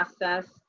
process